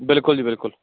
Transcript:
ਬਿਲਕੁਲ ਜੀ ਬਿਲਕੁਲ